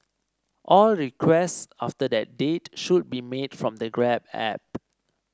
all requests after that date should be made from the grab app